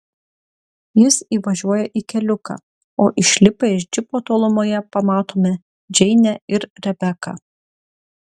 jis įvažiuoja į keliuką o išlipę iš džipo tolumoje pamatome džeinę ir rebeką